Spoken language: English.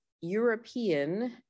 European